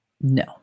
No